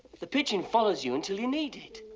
the pigeon follows you until you need it.